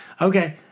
Okay